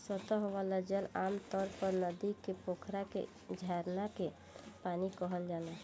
सतह वाला जल आमतौर पर नदी के, पोखरा के, झरना के पानी कहल जाला